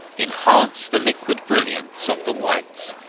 enhanced the liquid brilliance of the whites,